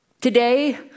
Today